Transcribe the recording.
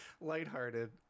lighthearted